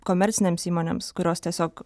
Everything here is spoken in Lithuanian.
komercinėms įmonėms kurios tiesiog